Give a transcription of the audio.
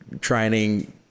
training